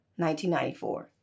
1994